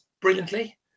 brilliantly